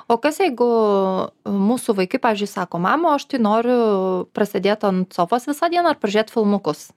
o kas jeigu mūsų vaikai pavyzdžiui sako mama o aš tai noriu prasidėt ant sofos visą dieną ir pažiūrėt filmukus